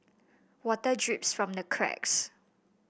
water drips from the cracks